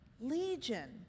Legion